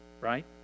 right